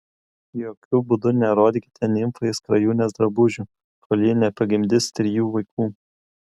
jokiu būdu nerodykite nimfai skrajūnės drabužių kol ji nepagimdys trijų vaikų